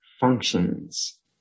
functions